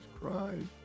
cried